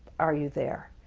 are you there?